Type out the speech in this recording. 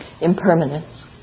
Impermanence